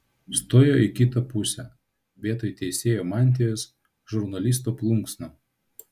stojo į kitą pusę vietoj teisėjo mantijos žurnalisto plunksna